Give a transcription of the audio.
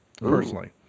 personally